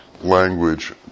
language